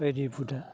बायदि बुदा